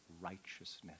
righteousness